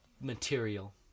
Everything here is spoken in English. material